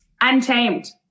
Untamed